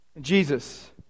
Jesus